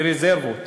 ורזרבות